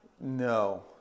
No